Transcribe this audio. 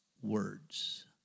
words